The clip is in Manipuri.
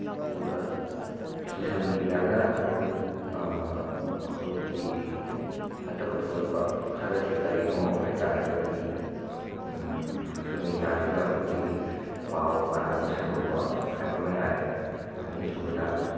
ꯑꯗꯨꯒ ꯁꯣꯁꯤꯌꯦꯜ ꯃꯦꯗꯤꯌꯥꯅ ꯑꯩꯈꯣꯏ ꯑꯩꯈꯣꯏꯒꯤ ꯐꯠꯇꯕ ꯊꯣꯛꯂꯛꯄ ꯈꯔꯁꯦ ꯀꯔꯤꯅꯣ ꯍꯥꯏꯇꯔꯒꯗꯤ ꯁꯣꯁꯤꯌꯦꯜ ꯃꯦꯗꯤꯌꯥꯁꯤꯗ ꯑꯩꯈꯣꯏꯒꯤ ꯄꯥꯎ ꯑꯔꯥꯟꯕ ꯁꯟꯗꯣꯛꯄ ꯍꯥꯏꯕ ꯑꯃ ꯌꯥꯔꯦ ꯑꯅꯤ ꯁꯨꯕꯗ